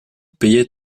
payer